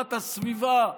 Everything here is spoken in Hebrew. לטובת הסביבה,